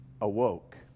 awoke